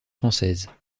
française